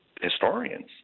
historians